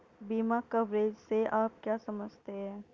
बीमा कवरेज से आप क्या समझते हैं?